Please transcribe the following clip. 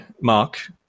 Mark